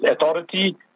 authority